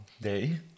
day